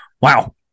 Wow